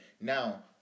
Now